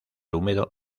húmedo